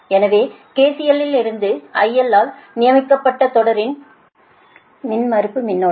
எனவே KCL இலிருந்து IL ஆல் நியமிக்கப்பட்ட தொடரின் மின்மறுப்பு மின்னோட்டம்